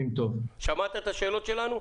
שמעת את השאלות שלנו?